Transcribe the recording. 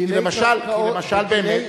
כי למשל באמת,